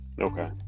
okay